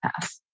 path